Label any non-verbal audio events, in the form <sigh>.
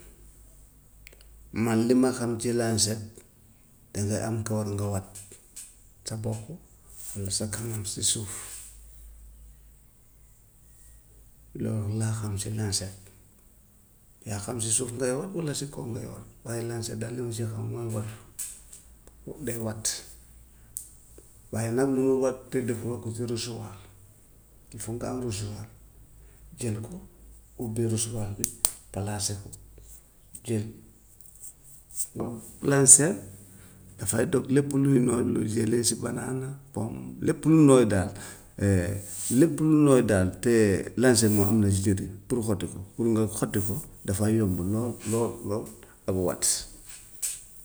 Man lu ma xam si lañset dangay am kawar nga wat <noise> sa bopp <noise> walla sa kanam si suuf. <noise> Loolu laa xam si lañset, yaa xam si suuf ngay wat, walla si kaw ngay wat, waaye lañset daal li ma si xam mooy watu. <noise> Wo- day wat, waaye nag munul wat te defoo ko si rasoir, il faut nga am rasoir jël ko, ubbi rasoir bi <noise> placer ko jël <noise> lañset dafay dog lépp lu nooy luñ jëlee si banaana, pomme, lépp lu nooy daal <hesitation> <noise> lépp lu nooy daal te lañset moom am na si jotu pour xotti ko, pour nga xotti ko <noise> dafay yomb lool, <noise> lool, lool ak wat. <noise>